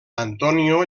antonio